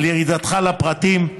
על ירידתך לפרטים,